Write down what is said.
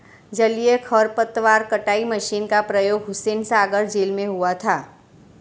जलीय खरपतवार कटाई मशीन का प्रयोग हुसैनसागर झील में हुआ था